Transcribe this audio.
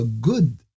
good